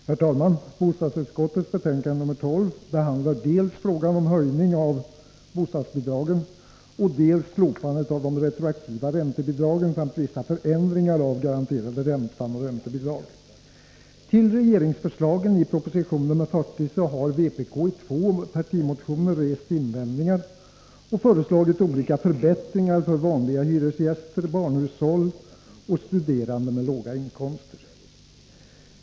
Herr talman! Bostadsutskottets betänkande nr 12 behandlar dels frågan om höjning av bostadsbidragen, dels slopandet av de rektroaktiva räntebidragen samt vissa förändringar av den garanterade räntan och räntebidrag. Till regeringsförslagen i proposition nr 40 har vpk i två partimotioner rest invändningar och föreslagit olika förbättringar för vanliga hyresgäster, barnhushåll och studerande med låga inkomster.